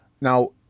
Now